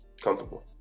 comfortable